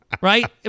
Right